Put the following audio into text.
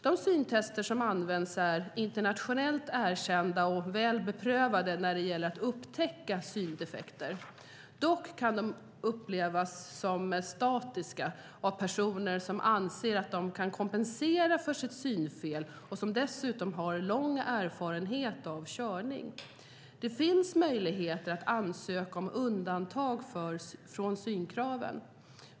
De syntester som används är internationellt erkända och väl beprövade när det gäller att upptäcka syndefekter. De kan dock upplevas som statiska av personer som anser att de kan kompensera för sitt synfel och som dessutom har lång erfarenhet av körning. Det finns möjligheter att ansöka om undantag från synkraven.